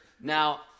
Now